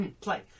play